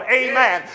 amen